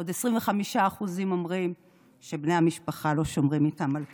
עוד 25% אומרים שבני המשפחה לא שומרים איתם על קשר.